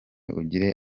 ugire